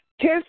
Kiss